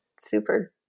super